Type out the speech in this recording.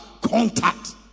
contact